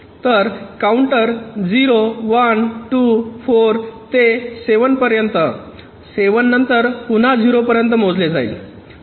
तर काउंटर 0 1 2 4 ते 7 पर्यंत 7 नंतर पुन्हा 0 पर्यंत मोजले जाईल